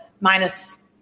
minus